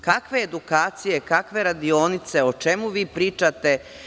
Kakve edukacije, kakve radionice, o čemu vi pričate?